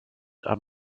and